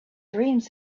dreams